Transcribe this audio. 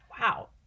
Wow